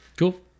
Cool